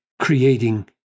creating